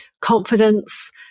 confidence